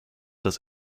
das